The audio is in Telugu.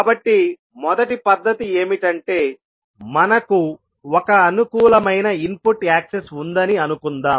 కాబట్టి మొదటి పద్ధతి ఏమిటంటే మనకు ఒక అనుకూలమైన ఇన్పుట్ యాక్సెస్ ఉందని అనుకుందాం